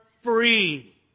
free